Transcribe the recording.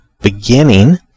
beginning